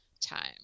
time